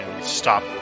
stop